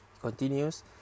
continues